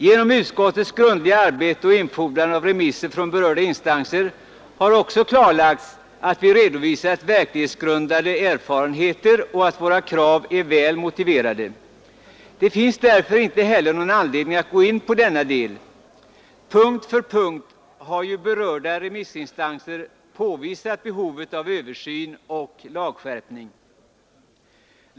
Genom utskottets grundliga arbete och infordrande av remisser från berörda instanser har också klarlagts att vi redovisat verklighetsgrundade erfarenheter och att våra krav är väl motiverade. Det finns därför inte heller någon anledning att gå in på denna del. Punkt för punkt har ju berörda remissinstanser påvisat behovet av översyn och lagskärpning.